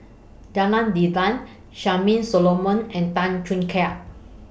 Janadas Devan Charmaine Solomon and Tan Choo Kai